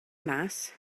mas